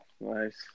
nice